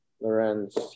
Lorenz